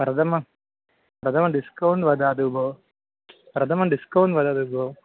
प्रथमं प्रथम डिस्कौण्ट् ददातु भो प्रथमं डिस्कौण्ट् वदतु भो